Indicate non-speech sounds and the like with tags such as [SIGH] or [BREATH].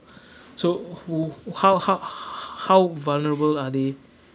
[BREATH] so who how how h~ how vulnerable are they